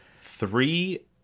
three